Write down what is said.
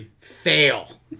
fail